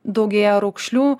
daugėja raukšlių